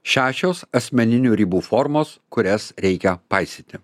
šešios asmeninių ribų formos kurias reikia paisyti